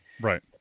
Right